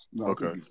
Okay